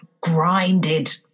grinded